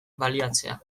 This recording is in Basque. baliatzea